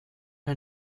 her